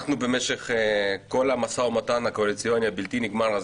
אנחנו במשך כל המסע ומתן הקואליציוני הבלתי נגמר הזה,